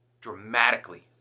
dramatically